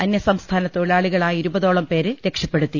അന്യസംസ്ഥാന തൊഴി ലാളികളായ ഇരുപതോളം പേരെ രക്ഷപ്പെടുത്തി